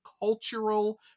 cultural